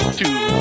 two